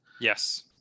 Yes